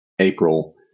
April